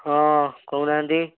ହଁ କହୁନାହାନ୍ତି